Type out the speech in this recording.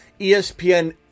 ESPN